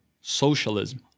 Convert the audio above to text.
Socialism